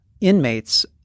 inmates